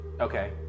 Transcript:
Okay